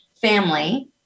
family